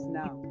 now